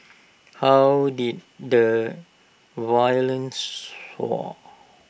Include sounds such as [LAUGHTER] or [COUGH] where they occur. how did the violence [UNINTELLIGIBLE] soar